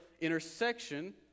intersection